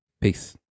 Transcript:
Peace